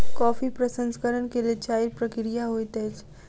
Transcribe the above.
coffee प्रसंस्करण के लेल चाइर प्रक्रिया होइत अछि